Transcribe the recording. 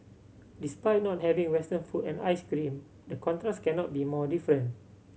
despite not having Western food and ice cream the contrast cannot be more different